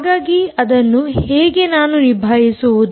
ಹಾಗಾಗಿ ಅದನ್ನು ಹೇಗೆ ನಾನು ನಿಭಾಯಿಸುವುದು